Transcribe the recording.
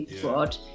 fraud